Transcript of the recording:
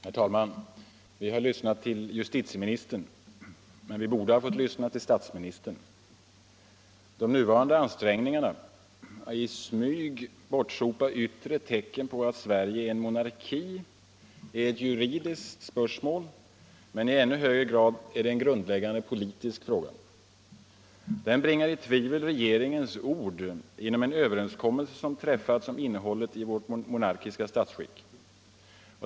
Herr talman! Vi har lyssnat till justitieministern, men vi borde ha fått lyssna till statsministern. De nuvarande ansträngningarna att i smyg bortsopa yttre tecken på att Sverige är en monarki är ett juridiskt spörsmål, men i ännu högre grad en grundläggande politisk fråga. De bringar i tvivel regeringens ord i en överenskommelse som träffats om innehållet i vårt monarkiska statsskick.